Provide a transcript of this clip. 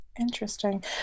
interesting